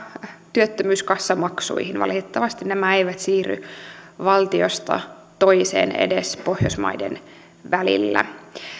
työttömyyskassamaksuihin valitettavasti nämä eivät siirry valtiosta toiseen edes pohjoismaiden välillä